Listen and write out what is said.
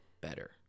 better